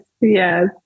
Yes